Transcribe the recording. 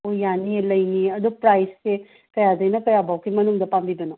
ꯑꯣ ꯌꯥꯅꯤꯌꯦ ꯂꯩꯅꯤꯌꯦ ꯑꯗꯣ ꯄ꯭ꯔꯥꯏꯁꯁꯦ ꯀꯌꯥꯗꯩꯅ ꯀꯌꯥꯕꯧꯀꯤ ꯃꯅꯨꯡꯗ ꯄꯥꯝꯕꯤꯕꯅꯣ